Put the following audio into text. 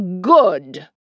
Good